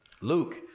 Luke